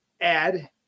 add